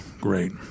Great